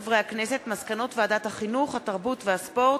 מסקנות ועדת החינוך, התרבות והספורט